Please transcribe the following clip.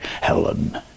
Helen